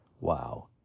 Wow